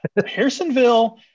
Harrisonville